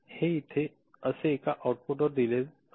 हे इथे असे एका आउटपुट दिले आहे